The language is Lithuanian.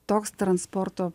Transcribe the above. toks transporto